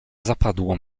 zapadło